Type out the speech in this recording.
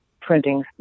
printing